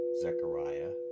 Zechariah